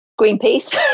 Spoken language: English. Greenpeace